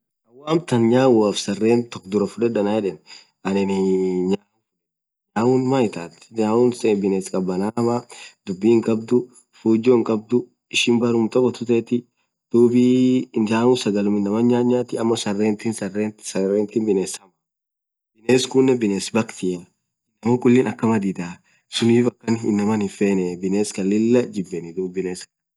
woo amtan nyauaf sarren tokko dhurah fudhed anan yedhe anin nyau fudhedha nyau maan ithetha nyau bines khabana hamaa dhubi hinkhabdhu fujoo hinkhabdhu ishin berrem tokkotthu thethi dhubii nyau sagale inaman nyath nyathi ammothu sarrethin bines hamaa bines khunen bines bakhathia inaman khulii akamaa dhidha sunnif inamaan akhan hinfenee bines Khan Lilah jibbeni